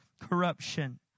Corruption